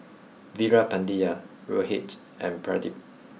Veerapandiya Rohit and Pradip